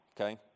okay